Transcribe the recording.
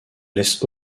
laisse